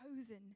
chosen